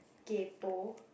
kaypoh